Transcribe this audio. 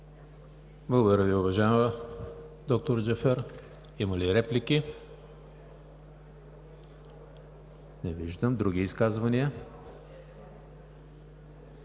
Благодаря Ви, уважаема доктор Джафер. Има ли реплики? Не виждам. Други изказвания?